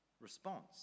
response